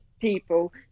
people